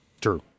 True